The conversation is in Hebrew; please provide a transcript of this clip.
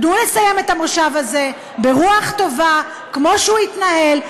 תנו לסיים את המושב הזה ברוח טובה כמו שהוא התנהל.